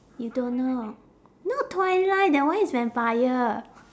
you don't know not twilight that one is vampire